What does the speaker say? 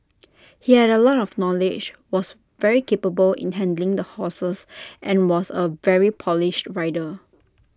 he had A lot of knowledge was very capable in handling the horses and was A very polished rider